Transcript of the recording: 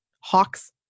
hawks